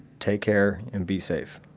take care, and be safe.